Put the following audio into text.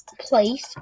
place